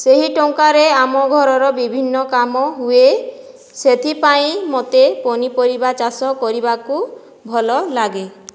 ସେହି ଟଙ୍କାରେ ଆମ ଘରର ବିଭିନ୍ନ କାମ ହୁଏ ସେଥିପାଇଁ ମୋତେ ପନିପରିବା ଚାଷ କରିବାକୁ ଭଲଲାଗେ